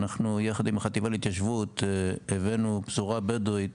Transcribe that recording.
אנחנו ביחד עם החטיבה להתיישבות הבאנו בשורה בדואית